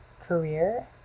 career